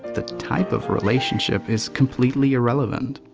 the type of relationship is completely irrelevant.